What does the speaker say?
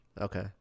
Okay